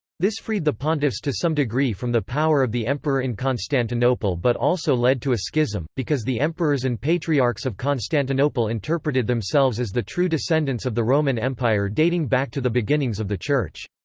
this freed the pontiffs to some degree from the power of the emperor in constantinople but also led to a schism, because the emperors and patriarchs of constantinople interpreted themselves as the true descendants of the roman empire dating back to the beginnings of the church.